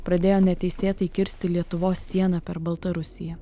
pradėjo neteisėtai kirsti lietuvos sieną per baltarusiją